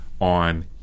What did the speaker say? on